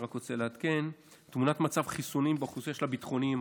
אני רק רוצה לעדכן את תמונת מצב חיסונים באוכלוסייה של הביטחוניים,